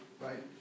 right